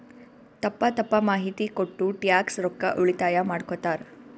ತಪ್ಪ ತಪ್ಪ ಮಾಹಿತಿ ಕೊಟ್ಟು ಟ್ಯಾಕ್ಸ್ ರೊಕ್ಕಾ ಉಳಿತಾಯ ಮಾಡ್ಕೊತ್ತಾರ್